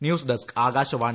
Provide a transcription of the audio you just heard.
news desk Akashvani